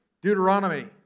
Deuteronomy